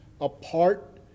apart